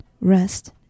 rest